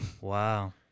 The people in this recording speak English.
Wow